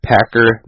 Packer